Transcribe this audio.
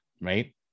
right